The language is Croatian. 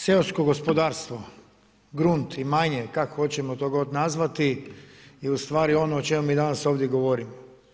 Seosko gospodarstvo, grunt, imanje, ili kako hoćemo to god nazvati je ustvari o čemu mi danas ovdje govorimo.